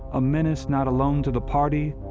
a menace not alone to the party,